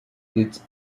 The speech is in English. its